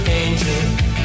angel